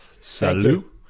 Salut